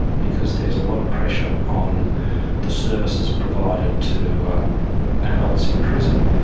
because there's a lot of pressure on the services provided to adults in prison,